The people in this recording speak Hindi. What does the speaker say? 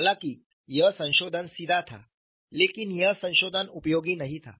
हालांकि यह संशोधन सीधा था लेकिन यह संशोधन उपयोगी नहीं था